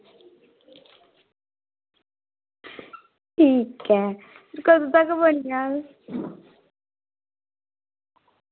ठीक ऐ फिर कदूं तगर बनी जाह्ग